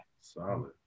Solid